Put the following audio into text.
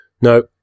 No